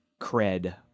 cred